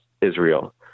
Israel